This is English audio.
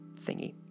thingy